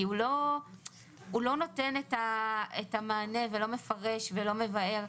הוא לא נותן את המענה ולא מפרש ולא מבאר,